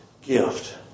gift